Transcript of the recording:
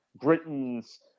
Britain's